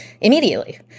immediately